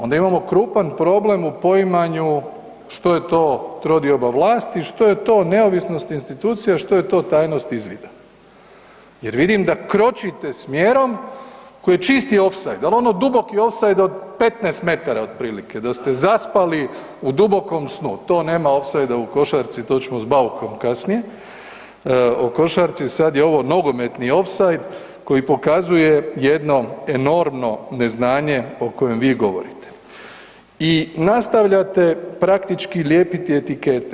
Onda imamo krupan problem u poimanju što je to trodioba vlasti i što je to neovisnost institucija i što je to tajnost izvida jer vidim da kročite smjerom koji je čisti ofsajd, ali ono duboki ofsajd od 15 m otprilike, da ste zaspali u dubokom snu, to nema opsajda u košarci, to ćemo s Baukom kasnije o košarci, sad je ovo nogometni opsajd koji pokazuje jedno enormno neznanje o kojem vi govorite i nastavljate praktički lijepiti etikete.